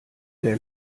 der